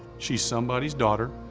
she's somebody's daughter,